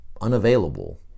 unavailable